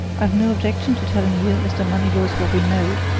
i've no objection to telling you and mr. moneylaws what we know,